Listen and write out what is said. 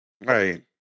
Right